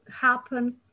happen